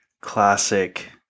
classic